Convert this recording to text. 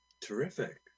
terrific